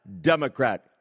Democrat